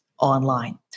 online